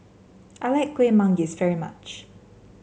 I like Kuih Manggis very much